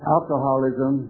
Alcoholism